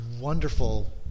wonderful